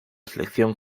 selección